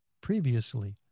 previously